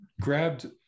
grabbed